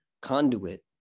conduit